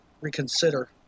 reconsider